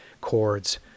chords